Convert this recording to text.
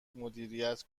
مدیریت